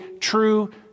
true